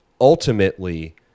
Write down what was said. Ultimately